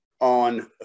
on